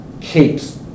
keeps